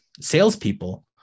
salespeople